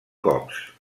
cops